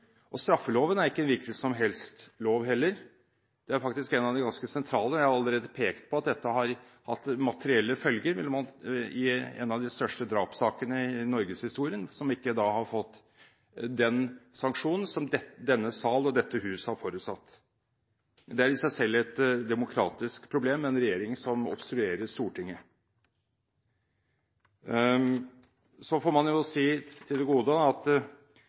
huset. Straffeloven er ikke en hvilken som helst lov, heller. Den er faktisk ganske sentral. Jeg har allerede pekt på at dette har hatt materielle følger i en av de største drapssakene i norgeshistorien, som da ikke har fått den sanksjon som denne sal og dette hus har forutsatt. Det er i seg selv et demokratisk problem med en regjering som obstruerer Stortinget. Så får man si til det gode at